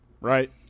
right